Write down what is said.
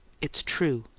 it's true.